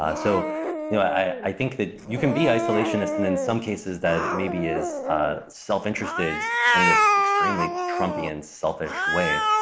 um so you know i think that you can be isolationists, and in some cases, that maybe is ah self-interested in this extremely trumpian selfish way.